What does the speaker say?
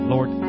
Lord